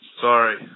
Sorry